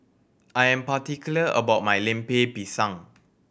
I am particular about my Lemper Pisang